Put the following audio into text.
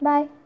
Bye